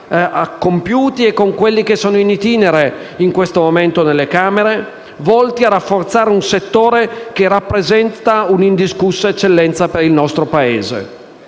compiuti e con quelli in itinere nelle Camere, volti a rafforzare un settore che rappresenta un’indiscussa eccellenza per il nostro Paese.